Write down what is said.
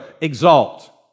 Exalt